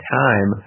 time